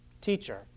Teacher